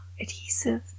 adhesive